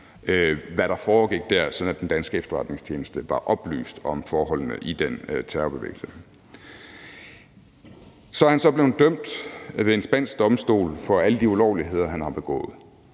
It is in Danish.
hvad der foregik dér, sådan at den danske efterretningstjeneste var oplyst om forholdene i den terrorbevægelse. Han er så blevet dømt ved en spansk domstol for alle de ulovligheder, han har begået.